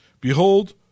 Behold